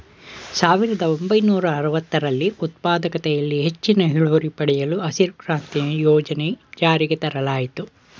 ಸಾವಿರದ ಒಂಬೈನೂರ ಅರವತ್ತರಲ್ಲಿ ಉತ್ಪಾದಕತೆಯಲ್ಲಿ ಹೆಚ್ಚಿನ ಇಳುವರಿ ಪಡೆಯಲು ಹಸಿರು ಕ್ರಾಂತಿ ಯೋಜನೆ ಜಾರಿಗೆ ತರಲಾಯಿತು